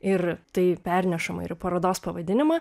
ir tai pernešama ir į parodos pavadinimą